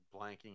blanking